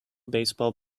baseball